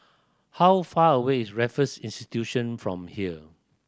how far away is Raffles Institution from here